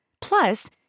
Plus